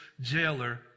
jailer